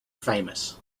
famous